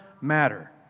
matter